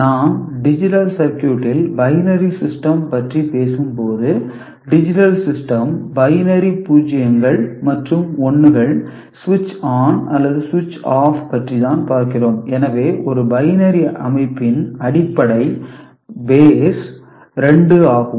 நாம் டிஜிட்டல் சர்க்யூட்டில் binary system பற்றி பேசும்போது டிஜிட்டல் சிஸ்டம் பைனரி 0 கள் மற்றும் 1 கள் சுவிட்ச் ஆன் அல்லது சுவிட்ச் ஆஃப் பற்றி தான் பார்க்கிறோம் எனவே ஒரு பைனரி அமைப்பின் அடிப்படை பேஸ் 2 ஆகும்